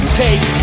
take